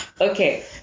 Okay